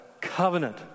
covenant